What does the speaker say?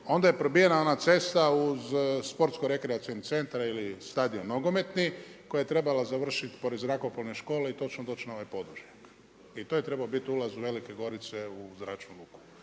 onda je probijena ona cesta uz sportsko rekreativni centar ili stadion nogometni koja je trebala završiti pored zrakoplovne škole i točno doći na ovaj podvožnjak. I to je trebao biti ulaz Velike Gorice u zračnu luku.